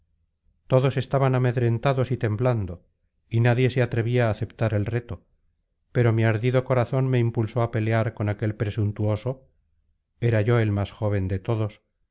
todos estaban amedrentados y temblando y nadie se atrevía á aceptar el reto pero mi ardido corazón me impulsó á pelear con aquel presuntuoso era yo el más joven de todos